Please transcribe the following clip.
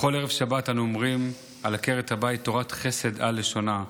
בכל ערב שבת אנו אומרים על עקרת הבית "תורת חסד על לשונה".